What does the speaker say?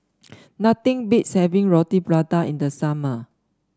nothing beats having Roti Prata in the summer